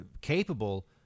capable